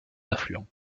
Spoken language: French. affluents